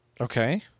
Okay